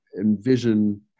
envision